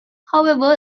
however